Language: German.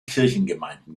kirchengemeinden